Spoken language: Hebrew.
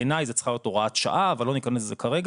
בעיניי זו צריכה להיות הוראת שעה אבל לא ניכנס לזה כרגע,